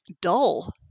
dull